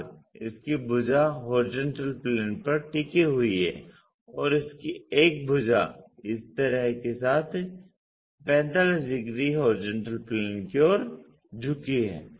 अब इसकी भुजाएँ HP पर टिकी हुई हैं और इसकी एक भुजा इस सतह के साथ 45 डिग्री HP की ओर झुकी हुई है